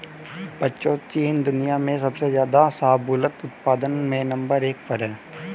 बच्चों चीन दुनिया में सबसे ज्यादा शाहबूलत उत्पादन में नंबर एक पर है